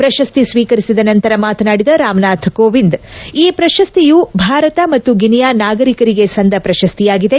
ಪ್ರಶಸ್ತಿ ಸ್ವೀಕರಿಸಿದ ನಂತರ ಮಾತನಾಡಿದ ರಾಮನಾಥ್ ಕೋವಿಂದ್ ಈ ಪ್ರಶಸ್ತಿಯು ಭಾರತ ಮತ್ತು ಗಿನಿಯಾ ನಾಗರಿಕರಿಗೆ ಸಂದ ಪ್ರಶಸ್ತಿಯಾಗಿದೆ